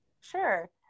Sure